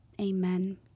amen